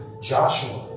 Joshua